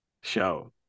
show